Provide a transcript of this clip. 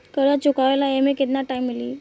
कर्जा चुकावे ला एमे केतना टाइम मिली?